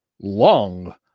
long